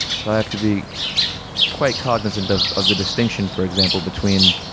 so i have to be quite cognizant of of the distinction, for example between